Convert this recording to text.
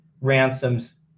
ransoms